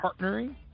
partnering